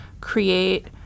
create